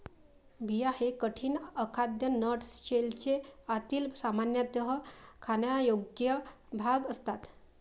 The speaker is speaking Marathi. बिया हे कठीण, अखाद्य नट शेलचे आतील, सामान्यतः खाण्यायोग्य भाग असतात